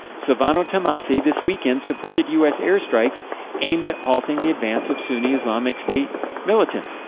silvano tomasi, this weekend supported us air strikes aimed at halting the advance of sunni islamic state militants,